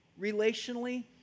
relationally